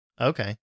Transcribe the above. Okay